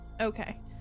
Okay